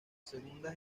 segunda